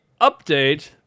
update